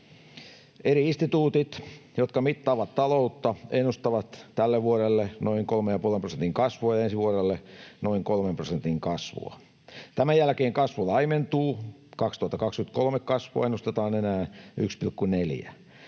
Eri instituutit, jotka mittaavat taloutta, ennustavat tälle vuodelle noin 3,5 prosentin kasvua ja ensi vuodelle noin 3 prosentin kasvua. Tämän jälkeen kasvu laimentuu. Vuodelle 2023 kasvua ennustetaan enää 1,4